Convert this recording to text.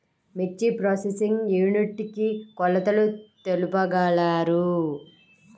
మిర్చి processing unit కి కొలతలు తెలుపగలరు?